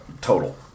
Total